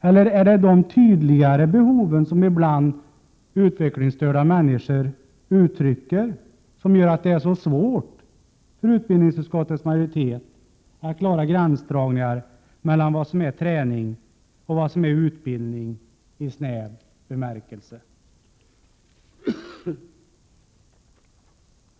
Eller är det de tydligare behov som utvecklingsstörda människor ibland uttrycker som gör att det är så svårt för utbildningsutskottets majoritet att klara gränsdragningar mellan vad som är träning och vad som är utbildning i snäv bemärkelse?